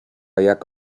jak